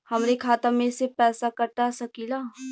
हमरे खाता में से पैसा कटा सकी ला?